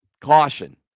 Caution